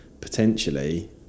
potentially